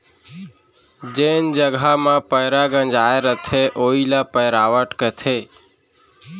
जेन जघा म पैंरा गंजाय रथे वोइ ल पैरावट कथें